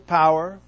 power